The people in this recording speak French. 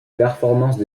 performances